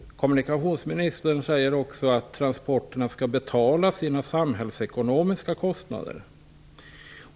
Kommunikationsministern sade också att transporterna skall betalas samhällsekonomiskt.